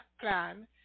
plan